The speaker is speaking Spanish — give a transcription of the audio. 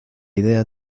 idea